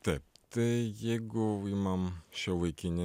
taip tai jeigu imam šiuolaikinį